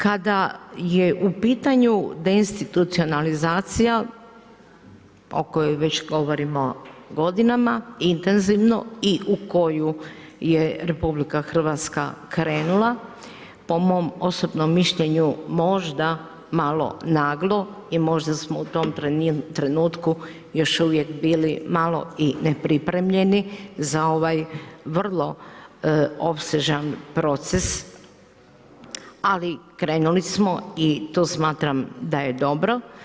Kada je u pitanju deinstitucionalizacija o kojoj već govorimo godinama, intenzivno, i u koju je RH krenula, po mom osobnom mišljenju možda malo naglo i možda smo u tom trenutku još uvijek bili malo i nepripremljeni za ovaj vrlo opsežan proces, ali krenuli smo i to smatram da je dobro.